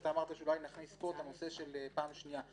אתה אמרת שאולי נכניס פה את הנושא של פעם שנייה.